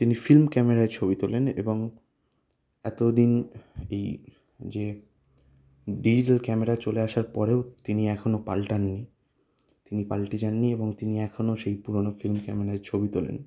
তিনি ফিল্ম ক্যামেরায় ছবি তোলেন এবং এতদিন এই যে ডিজিটাল ক্যামেরা চলে আসার পরেও তিনি এখনো পাল্টাননি তিনি পাল্টে যাননি এবং তিনি এখনো সেই পুরনো ফিল্ম ক্যামেরায় ছবি তোলেন